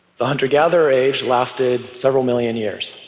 the hunter-gatherer age lasted several million years.